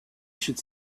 should